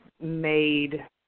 made